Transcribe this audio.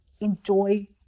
enjoy